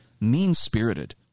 mean-spirited